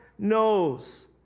knows